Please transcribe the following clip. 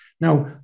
now